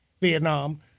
Vietnam